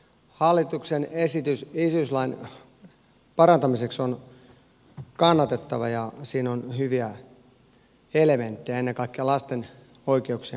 hallituksen esitys isyyslain parantamiseksi on kannatettava ja siinä on hyviä elementtejä ennen kaikkea lasten oikeuksien kannalta